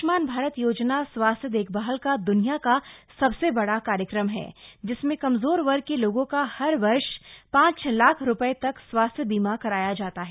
आय्ष्मान भारत योजना स्वास्थ्य देखभाल का दुनिया का सबसे बड़ा कार्यक्रम है जिसमें कमजोर वर्ग के लोगों का हर वर्ष पांच लाख रुपये तक स्वास्थ्य बीमा कराया जाता है